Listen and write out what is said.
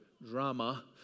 drama